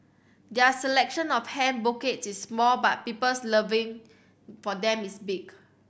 their selection of hand bouquets is small but people's loving for them is big